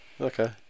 Okay